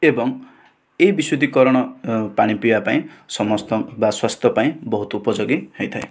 ଏବଂ ଏହି ବିଶୁଦ୍ଧିକରଣ ପାଣି ପିଇବା ପାଇଁ ସମସ୍ତଙ୍କ ସ୍ୱାସ୍ଥ୍ୟ ପାଇଁ ବହୁତ ଉପଯୋଗୀ ହୋଇଥାଏ